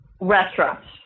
restaurants